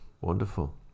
wonderful